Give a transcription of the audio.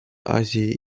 азии